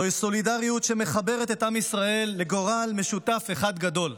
זוהי סולידריות שמחברת את עם ישראל לגורל משותף אחד גדול.